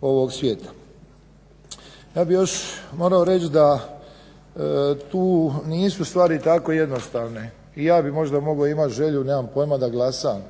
ovog svijeta. Ja bih još morao reći da tu nisu stvari tako jednostavne. I ja bih možda mogao imat želju da glasam